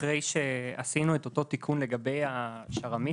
אחרי שעשינו את אותו תיקון לגבי השר"מיסטים,